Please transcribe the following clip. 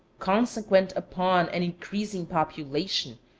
consequent upon an increasing population,